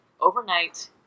overnight